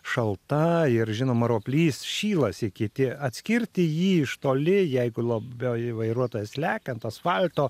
šalta ir žinoma roplys šylasi kiti atskirti jį iš toli jeigu labiau vairuotojas lekia ant asfalto